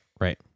right